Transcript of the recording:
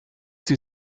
sie